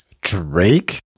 Drake